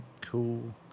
cool